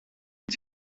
its